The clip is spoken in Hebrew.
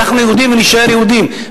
אנחנו יהודים ונישאר יהודים,